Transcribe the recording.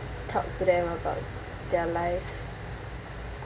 talk to them about their life